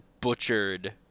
butchered